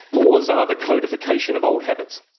laws are the codification of old habits.